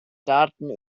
daten